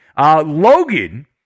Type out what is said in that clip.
Logan